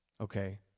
Okay